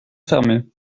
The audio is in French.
fermés